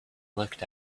looked